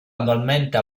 annualmente